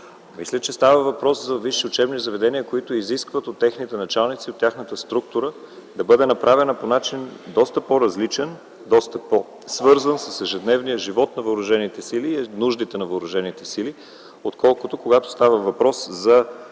Мисля, че става въпрос за висши учебни заведения, които изискват от техните началници, от тяхната структура да бъде направена по начин, доста по-различен и доста по-свързан с ежедневния живот и нуждите на въоръжените сили, отколкото когато става въпрос за